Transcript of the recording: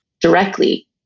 directly